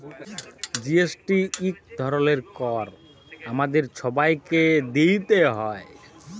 GST ইক ধরলের কর আমাদের ছবাইকে দিইতে হ্যয়